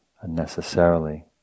unnecessarily